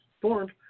formed